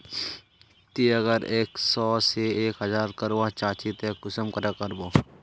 ती अगर एक सो से एक हजार करवा चाँ चची ते कुंसम करे करबो?